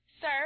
sir